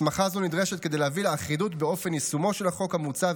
הסמכה זו נדרשת כדי להביא לאחידות באופן יישומו של החוק המוצע,